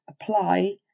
apply